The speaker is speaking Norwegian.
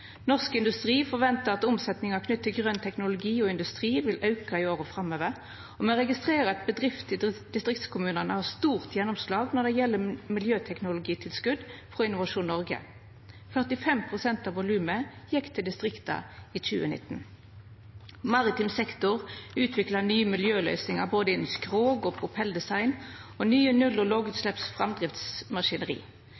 Norsk Industri forventar at omsetninga knytt til grøn teknologi og industri vil auka i åra framover, og me registrerer at bedrifter i distriktskommunane har stort gjennomslag når det gjeld miljøteknologitilskot frå Innovasjon Noreg. 45 pst. av volumet gjekk til distrikta i 2019. Maritim sektor utviklar nye miljøløysingar innan både skrog- og propelldesign og nye null- og